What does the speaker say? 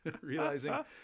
Realizing